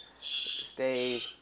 stay